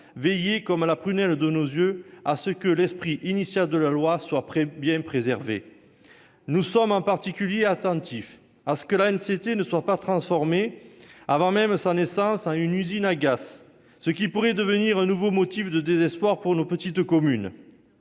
veiller comme à la prunelle de nos yeux à ce que l'esprit initial du texte soit bien préservé. Très bien ! Nous sommes, en particulier, attentifs à ce que l'ANCT ne soit pas transformée, avant même sa naissance, en une usine à gaz, ce qui pourrait devenir un nouveau motif de désespoir pour nos petites communes.